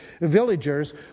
villagers